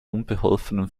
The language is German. unbeholfenen